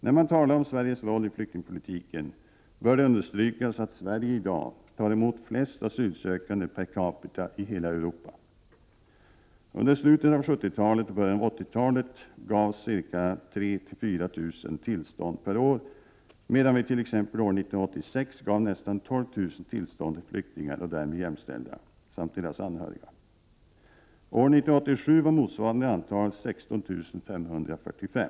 När man talar om Sveriges roll i flyktingpolitiken bör det understrykas att Sverige i dag tar emot flest asylsökande per capita i hela Europa. Under slutet av 70-talet och början av 80-talet gavs ca 3 000—4 000 tillstånd per år, medan vi t.ex. år 1986 gav nästan 12 000 tillstånd till flyktingar och därmed jämställda samt deras anhöriga. År 1987 var motsvarande antal 16 545.